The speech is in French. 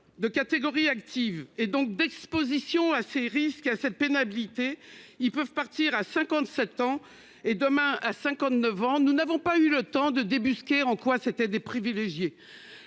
de catégorie active, donc d'exposition à ces risques et facteurs de pénibilité, ils peuvent partir à 57 ans et, demain, à 59 ans. Nous n'avons pas eu le temps de débusquer en quoi ils seraient des privilégiés.